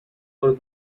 were